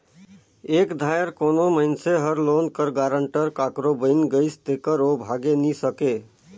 एक धाएर कोनो मइनसे हर लोन कर गारंटर काकरो बइन गइस तेकर ओ भागे नी सके